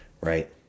Right